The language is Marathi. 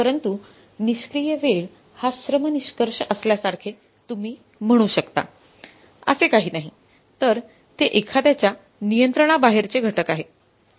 परंतु निष्क्रीय वेळ हा श्रम निष्कर्ष असल्यासारखे तुम्ही म्हणू शकता असे काही नाही तर ते एखाद्याच्या नियंत्रणाबाहेरचे घटक आहे